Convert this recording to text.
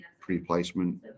pre-placement